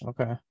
Okay